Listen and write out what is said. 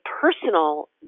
personal